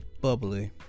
bubbly